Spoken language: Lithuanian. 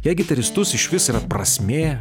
jei gitaristus išvis yra prasmė